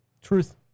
Truth